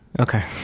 okay